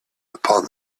upon